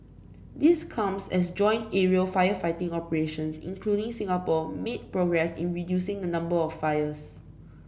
this comes as joint aerial firefighting operations including Singapore made progress in reducing the number of fires